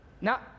Now